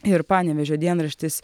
ir panevėžio dienraštis